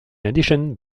addition